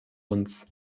uns